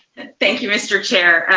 thank you mr. chair,